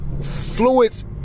Fluids